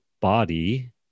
body